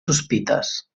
sospites